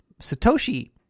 Satoshi